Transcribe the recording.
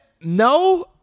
No